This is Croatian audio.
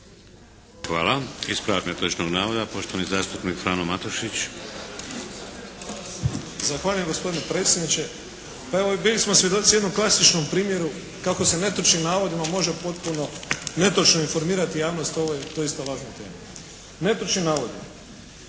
Hvala. Ispravak netočnog navoda poštovani zastupnik Frano Matušić. **Matušić, Frano (HDZ)** Zahvaljujem gospodine predsjedniče. Pa evo bili smo svjedoci jednom klasičnom primjeru kako se netočnim navodima može potpuno netočno informirati javnost o ovoj doista važnoj temi. Netočni navodi.